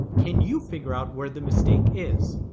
can you figure out where the mistake is?